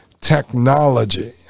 technology